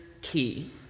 key